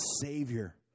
Savior